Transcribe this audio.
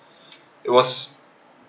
it was